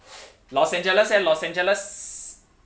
los angeles eh los angeles